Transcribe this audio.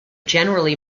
generally